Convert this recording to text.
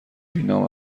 بینام